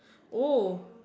oh